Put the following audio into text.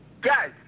guys